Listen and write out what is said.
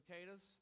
cicadas